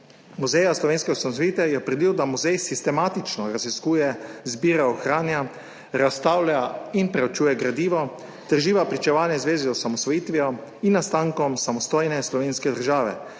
Muzeja slovenske osamosvojitve je opredelil, da muzej sistematično raziskuje, zbira, ohranja, razstavlja in preučuje gradivo ter živa pričevanja v zvezi z osamosvojitvijo in nastankom samostojne slovenske države,